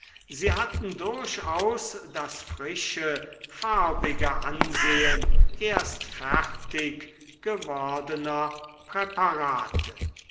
sie hatten durchaus das frische farbige ansehen erst fertig gewordener präparate